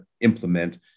implement